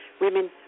Women